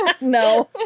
no